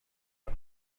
hat